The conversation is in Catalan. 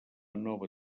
nova